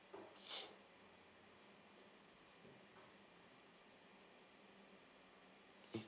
mm